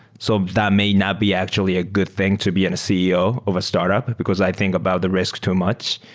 so that may not be actually a good thing to be and a ceo of a startup because i think about the risks too much.